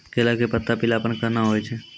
केला के पत्ता पीलापन कहना हो छै?